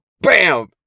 Bam